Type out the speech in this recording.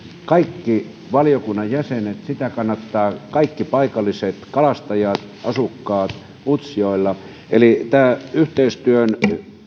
kaikki valiokunnan jäsenet sitä kannattavat kaikki paikalliset kalastajat asukkaat utsjoella yhteistyön